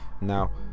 Now